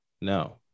No